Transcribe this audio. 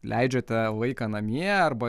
leidžiate laiką namie arba